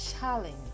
challenge